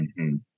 -hmm